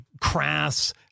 crass